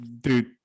dude